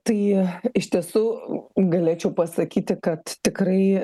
tai iš tiesų galėčiau pasakyti kad tikrai